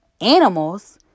animals